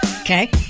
Okay